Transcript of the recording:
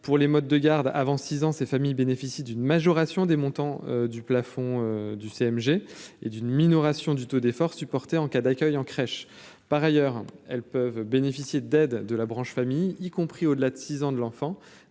pour les modes de garde avant six ans ces familles bénéficient d'une majoration des montants du plafond du CMG et d'une minoration du taux d'effort supporté en cas d'accueil en crèches par ailleurs elles peuvent bénéficier d'aides de la branche famille, y compris au-delà de 6 ans de l'enfant,